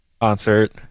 concert